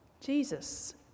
Jesus